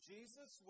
Jesus